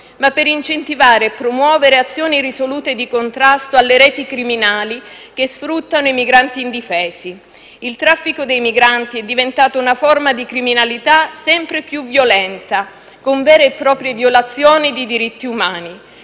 ma per incentivare e promuovere azioni risolute di contrasto alle reti criminali che sfruttano i migranti indifesi. Il traffico dei migranti è diventato una forma di criminalità sempre più violenta, con vere e proprie violazione di diritti umani.